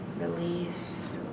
release